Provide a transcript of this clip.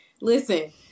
listen